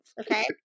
Okay